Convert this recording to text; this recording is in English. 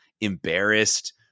embarrassed